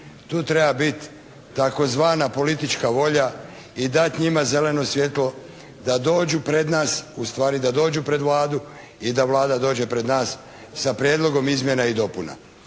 Tu treba biti tzv. politička volja i dati njima zeleno svjetlo da dođu pred nas, ustvari da dođu pred Vladu i da Vlada dođe pred nas sa Prijedlogom izmjena i dopuna.